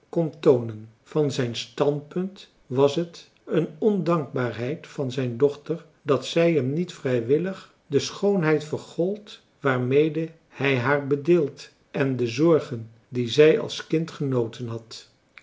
kon toonen van zijn standpunt was het een ondankbaarheid van zijn dochter dat zij hem niet vrijwillig de schoonheid vergold waarmede hij haar bedeeld en de zorgen die zij als kind genoten had